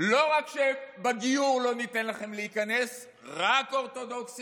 לא רק שבגיור לא ניתן לכם להיכנס, רק אורתודוקסי,